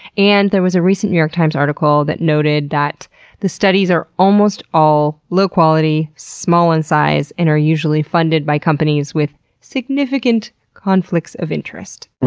and there was a recent new york times article that noted that the studies are almost all low-quality, small in size, and are usually funded by companies with significant conflicts of interest.